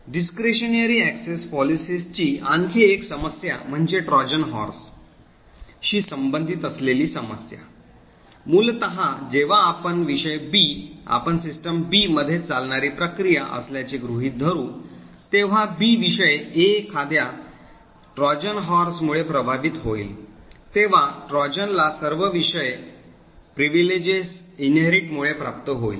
Discretionary access policies ची आणखी एक समस्या म्हणजे Trojan horse शी संबंधित असलेली समस्या मूलत जेव्हा आपण विषय B आपण सिस्टम B मध्ये चालणारी प्रक्रिया असल्याचे गृहित धरू तेव्हा B विषय Aखाद्या Trojan horse मुळे प्रभावित होईल तेव्हा ट्रोजन ला सर्व विषय विशेषाधिकार वारसा मुळॆ प्राप्त करेल